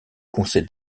conseil